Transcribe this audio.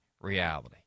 reality